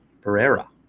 Pereira